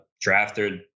Drafted